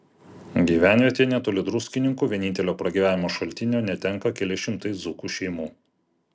gyvenvietėje netoli druskininkų vienintelio pragyvenimo šaltinio netenka keli šimtai dzūkų šeimų